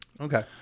Okay